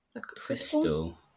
Crystal